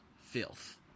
filth